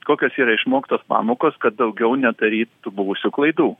kokios yra išmoktos pamokos kad daugiau nedaryt tų buvusių klaidų